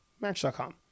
Match.com